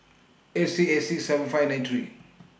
eight six eight six seven five nine three